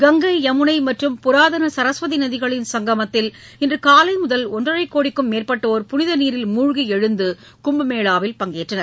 கங்கை யமுனை மற்றும் புராதன சரஸ்வதி நதிகளின் சங்கமத்தில் இன்று காலை முதல் ஒன்றரை கோடிக்கும் மேற்பட்டோர் புனித நீரில் மூழ்கி எழுந்து கும்பமேளாவில் பங்கேற்றனர்